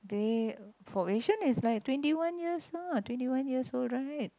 K for wei-sheng is like twenty one years lah twenty one years old right